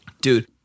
Dude